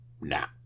nah